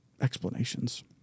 explanations